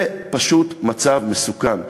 זה פשוט מצב מסוכן.